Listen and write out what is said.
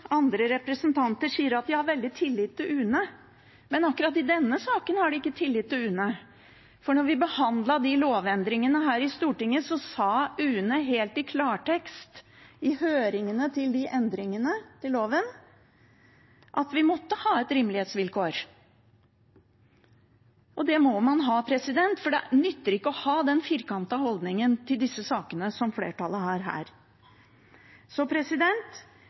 andre representanter si at de har veldig tillit til UNE. Men akkurat i denne saken har de ikke tillit til UNE, for da vi behandlet de lovendringene i Stortinget, sa UNE helt i klartekst – i høringene om endringene i loven – at vi måtte ha et rimelighetsvilkår. Det må man ha, for det nytter ikke å ha den firkantede holdningen til disse sakene som flertallet har.